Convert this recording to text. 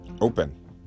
open